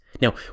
Now